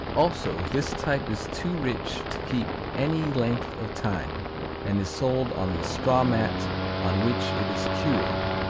also, this type is too rich to keep any length of time and is sold on the straw mat on which it is cured,